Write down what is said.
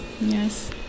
Yes